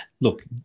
Look